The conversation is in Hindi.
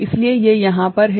इसलिए यह यहाँ पर है